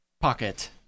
pocket